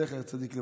זכר צדיק לברכה,